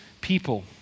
people